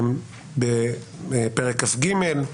בפרק כ"ג,